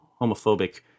homophobic